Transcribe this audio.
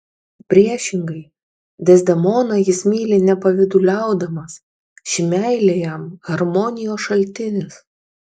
priešingai dezdemoną jis myli nepavyduliaudamas ši meilė jam harmonijos šaltinis